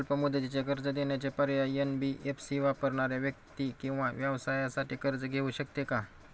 अल्प मुदतीचे कर्ज देण्याचे पर्याय, एन.बी.एफ.सी वापरणाऱ्या व्यक्ती किंवा व्यवसायांसाठी कर्ज घेऊ शकते का?